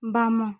ବାମ